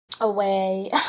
away